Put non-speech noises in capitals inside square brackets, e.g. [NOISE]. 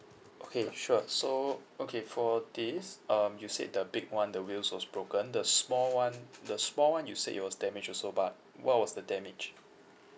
okay sure so okay for this um you said the big one the wheels was broken the small one [NOISE] the small one you said it was damaged also but what was the damage